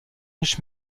riche